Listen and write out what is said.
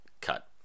Cut